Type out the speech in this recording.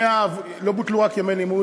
לא בוטלו רק ימי לימוד,